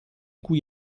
cui